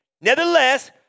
Nevertheless